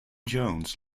jones